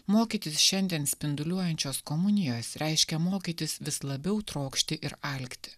mokytis šiandien spinduliuojančios komunijos reiškia mokytis vis labiau trokšti ir alkti